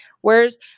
Whereas